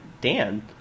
Dan